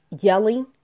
yelling